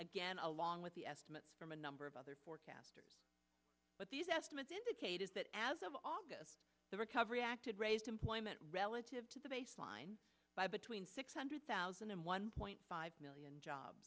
again along with the estimates from a number of other forecasters but these estimates indicate is that as of august the recovery act had raised employment relative to the baseline by between six hundred thousand and one point five million